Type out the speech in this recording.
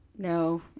No